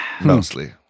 Mostly